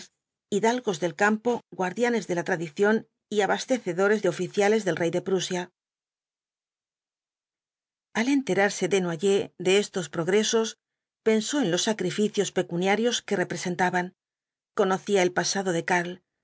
hidalgos del campo guardianes de la tradición y abastecedores de oficiales del rey de prusia al enterarse desnoyers de estos progresos pensó en los sacrificios pecuniarios que representaban conocía el pasado de karl